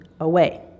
away